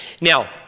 Now